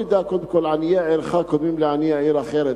עניי עירך קודמים לעניי עיר אחרת.